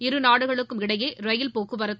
இருநாடுகளுக்கும் இடையே ரயில்போக்குவரத்து